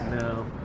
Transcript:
No